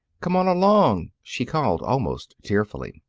come on along! she called, almost tearfully.